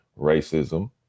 racism